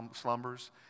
slumbers